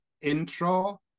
intro